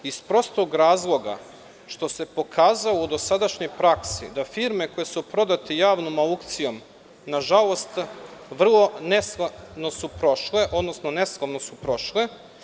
Iz prostog razloga što se pokazalo u dosadašnjoj praksi da firme koje su prodate javnom aukcijom nažalost vrlo neslavno su prošle.